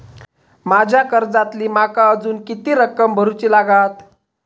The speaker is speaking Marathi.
माझ्या कर्जातली माका अजून किती रक्कम भरुची लागात?